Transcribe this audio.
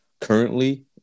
currently